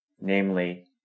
namely